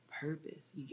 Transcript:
purpose